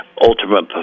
ultimate